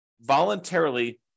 voluntarily